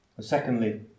secondly